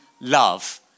love